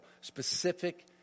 specific